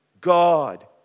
God